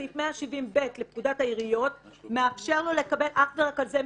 סעיף 170ב לפקודת העיריות מאפשר לו לקבל מידע אך ורק על זה.